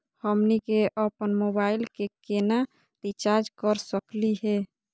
हमनी के अपन मोबाइल के केना रिचार्ज कर सकली हे?